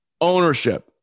ownership